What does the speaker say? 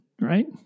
Right